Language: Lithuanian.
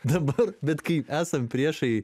dabar bet kai esam priešai